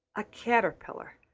a caterpillar,